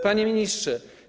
Panie Ministrze!